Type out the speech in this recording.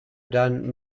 done